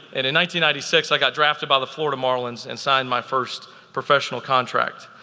and in six i got drafted by the florida marlins and signed my first professional contract.